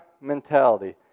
mentality